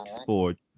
sport